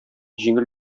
җиңел